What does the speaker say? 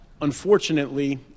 Unfortunately